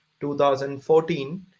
2014